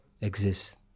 exist